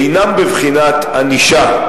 אינם בבחינת ענישה,